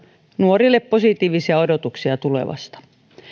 nuorille positiivisia odotuksia tulevasta